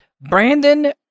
Brandon